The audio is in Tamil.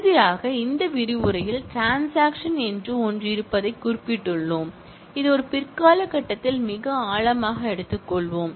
இறுதியாக இந்த விரிவுரையில் ட்ரான்ஸாக்ஷன் என்று ஒன்று இருப்பதைக் குறிப்பிட்டுள்ளோம் இது ஒரு பிற்கால கட்டத்தில் மிக ஆழமாக எடுத்துக்கொள்வோம்